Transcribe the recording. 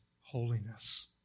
holiness